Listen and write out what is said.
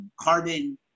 carbon